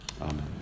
Amen